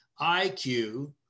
IQ